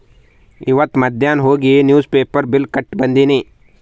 ಇವತ್ ಮಧ್ಯಾನ್ ಹೋಗಿ ನಿವ್ಸ್ ಪೇಪರ್ ಬಿಲ್ ಕಟ್ಟಿ ಬಂದಿನಿ